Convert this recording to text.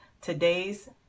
Today's